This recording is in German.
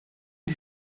des